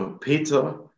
Peter